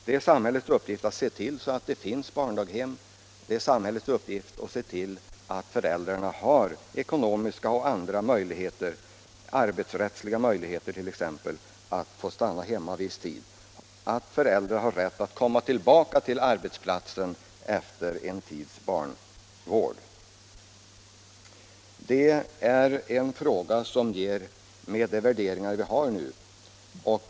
Det är samhällets uppgift att se till både att det finns barndaghem och att föräldrarna har ekonomiska och andra möjligheter — t.ex. arbetsrättsliga möjligheter — att stanna hemma viss tid men också, och det är inte minst viktigt, att komma tillbaka till arbetsplatsen efter en tids barnavård. Det är en rättighet som många kvinnor inte kan utnyttja i dag.